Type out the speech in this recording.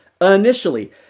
initially